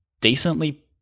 decently